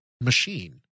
machine